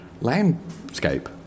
landscape